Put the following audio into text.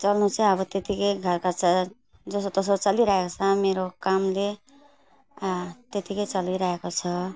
चल्नु चाहिँ अब त्यतिकै घर खर्च जसोतसो चलिरहेको छ मेरो कामले अँ त्यतिकै चलिरहेको छ